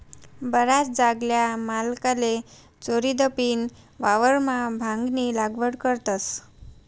बराच जागल्या मालकले चोरीदपीन वावरमा भांगनी लागवड करतस